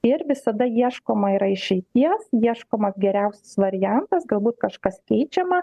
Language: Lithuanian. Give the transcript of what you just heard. ir visada ieškoma yra išeities ieškomas geriausias variantas galbūt kažkas keičiama